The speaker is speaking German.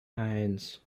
eins